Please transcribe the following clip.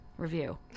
review